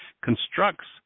constructs